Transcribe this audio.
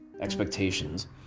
expectations